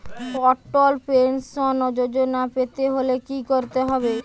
অটল pension Yojana পেতে হলে কি করতে হবে?